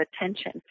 attention